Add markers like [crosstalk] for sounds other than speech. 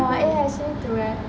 [noise]